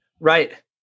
right